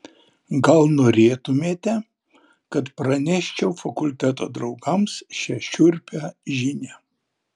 gal norėtumėte kad praneščiau fakulteto draugams šią šiurpią žinią